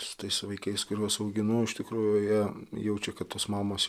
su tais vaikais kuriuos auginu iš tikrųjų jie jaučia kad tos mamos